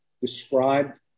described